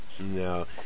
No